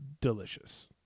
delicious